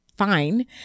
fine